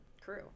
crew